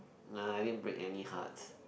no I didn't break any hearts